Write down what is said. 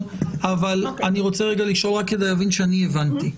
אבל אני רוצה לשאול רק כדי לדעת שאני הבנתי.